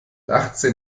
achtzehn